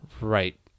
right